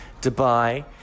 Dubai